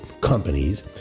companies